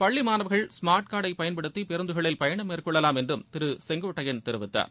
பள்ளி மாணவர்கள் ஸ்மார்ட் கார்டை பயன்படுத்தி பேருந்துகளில் பயணம் மேற்கொள்ளலாம் என்று திரு செங்கோட்டையன் தெரிவித்தார்